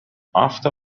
after